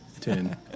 ten